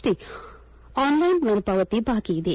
T ಆನ್ಸೈನ್ ಮರುಪಾವತಿ ಬಾಕಿ ಇದೆ